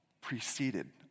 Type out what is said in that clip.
preceded